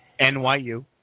nyu